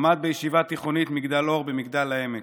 הוא למד בישיבה התיכונית מגדל אור במגדל העמק,